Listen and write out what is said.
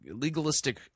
legalistic